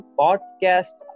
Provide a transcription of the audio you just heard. podcast